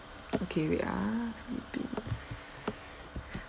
okay wait ah let me do this